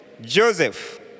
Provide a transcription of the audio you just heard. Joseph